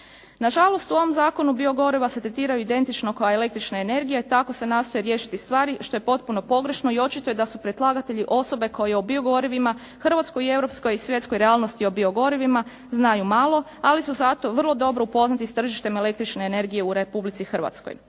Nažalost, u ovom zakonu biogoriva se tretiraju identično kao električna energije i tako se nastoje riješiti stvari što je potpuno pogrešno i očito je da su predlagatelji osobe koje o biogorivima, hrvatskoj i europskoj i svjetskoj realnosti o biogorivima znaju malo, ali su zato vrlo dobro upoznati s tržištem električne energije u Republici Hrvatskoj.